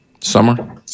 Summer